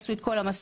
עשו את כל המסלול,